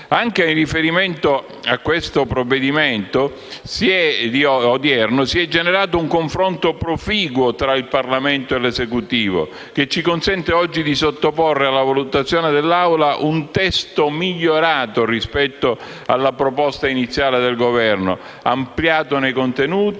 Anche in riferimento al provvedimento oggi in esame si è generato un confronto proficuo tra il Parlamento e l'Esecutivo, che ci consente oggi di sottoporre alla valutazione dell'Assemblea un testo migliorato rispetto alla proposta iniziale del Governo, ampliato nei contenuti